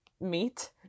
meat